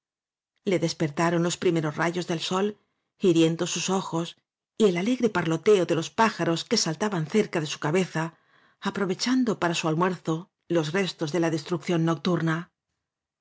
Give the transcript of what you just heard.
le despertaron los primeros rayos del sol hiriendo sus ojos y el alegre parloteo de los pájaros que saltaban cerca de su cabeza apro vechando para su almuerzo los restos de la destrucción nocturna